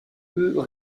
peut